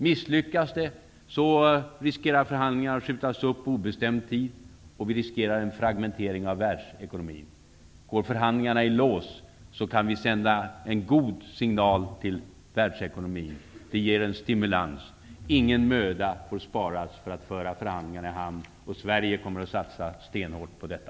Misslyckas förhandlingarna riskerar de att skjutas upp på obestämd tid, och vi riskerar en fragmentering av världsekonomin. Går förhandlingarna i lås, kan vi sända en god signal till världsekonomin. Det ger en stimulans. Ingen möda får sparas för att föra förhandlingarna i hamn, och Sverige kommer att satsa stenhårt på detta.